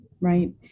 right